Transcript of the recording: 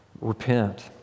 Repent